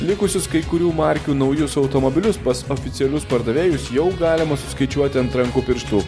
likusius kai kurių markių naujus automobilius pas oficialius pardavėjus jau galima suskaičiuoti ant rankų pirštų